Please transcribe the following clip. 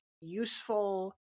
useful